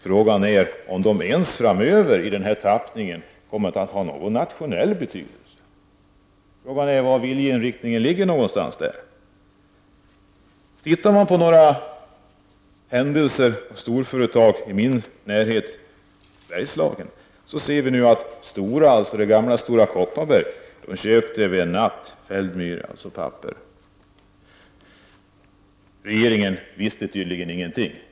Frågan är om fonderna framöver i sin nuvarande tappning kommer att ha ens någon nationell betydelse. Det är inte lätt att veta vilken viljeinriktning som gäller där. I mina hemtrakter, Bergslagen, har det hänt att Stora, alltså det gamla Stora Kopparberg, köpte över en natt pappersföretaget Feldmähle, och regeringen visste tydligen ingenting.